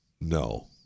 No